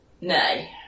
Nay